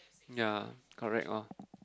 ya correct oh